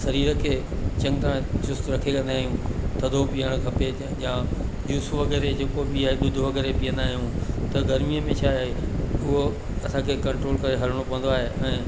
शरीर खे चङी तरहं चुस्त रखे थधो पीअण खपे या जूस वग़ैरह जेको बि आहे ॾुध वग़ैरह बि पीअंदा आहियूं त गरमीअ में छा आहे उहो असांखे कंट्रोल करे हलिणो पवंदो आहे ऐं